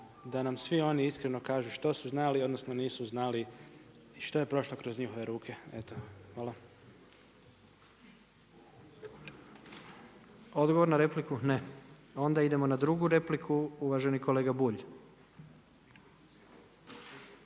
da nam svi oni iskreno kažu što su znali odnosno nisu znali i što je prošlo kroz njihove ruke. Hvala. **Jandroković, Gordan (HDZ)** Odgovor na repliku. Ne. Onda idemo na drugu repliku uvaženi kolega Bulj.